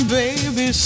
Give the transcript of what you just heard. baby